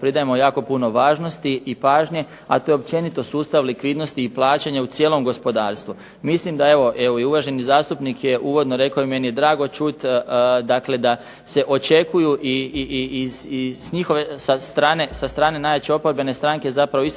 pridajemo jako puno važnosti i pažnje, a to je općenito sustav likvidnosti i plaćanja u cijelom gospodarstvu. Mislim da evo, evo i uvaženi zastupnik je uvodno rekao i meni je drago čuti dakle da se očekuju i s njihove, sa strane najjače oporbene stranke zapravo isto se